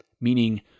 Meaning